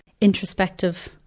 introspective